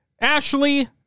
Ashley